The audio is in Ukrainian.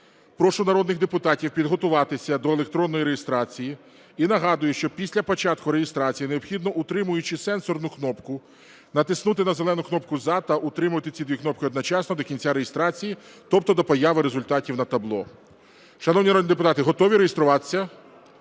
Прошу народних депутатів підготуватися до електронної реєстрації і нагадую, що після початку реєстрації необхідно, утримуючи сенсорну кнопку, натиснути на зелену кнопку "за" та утримувати ці дві кнопки одночасно до кінця реєстрації, тобто до появи результатів на табло. Шановні народні депутати, готові реєструватися?